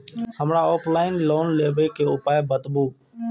हमरा offline loan लेबे के उपाय बतबु?